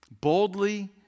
boldly